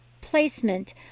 placement